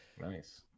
Nice